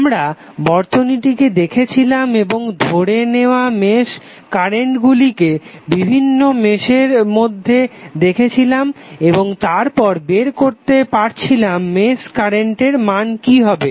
আমরা বর্তনীটিকে দেখছিলাম এবং ধরে নেওয়া মেশ কারেন্টগুলিকে বিভিন্ন মেশের মধ্যে দেখছিলাম এবং তারপর বের করতে পারছিলাম মেশ কারেন্টের মান কি হবে